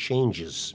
changes